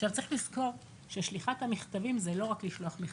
צריך לזכור ששליחת המכתבים זה לא רק לשלוח מכתב,